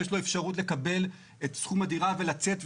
יש לו אפשרות לקבל את סכום הדירה ולצאת,